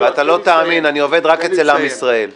-- ואתה לא תאמין, אני עובד רק אצל עם ישראל.